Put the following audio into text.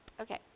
Okay